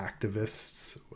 activists